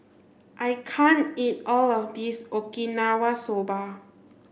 I can't eat all of this Okinawa soba